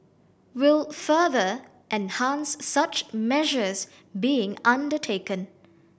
will further enhance such measures being undertaken